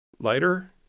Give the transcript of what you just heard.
lighter